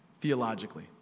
theologically